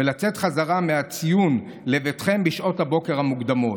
ולצאת בחזרה מהציון לביתכם בשעות הבוקר המוקדמות.